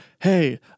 Hey